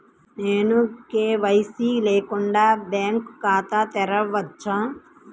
నేను కే.వై.సి లేకుండా బ్యాంక్ ఖాతాను తెరవవచ్చా?